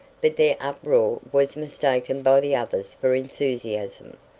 but their uproar was mistaken by the others for enthusiasm,